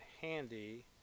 Handy